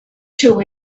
two